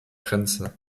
grenze